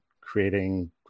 creating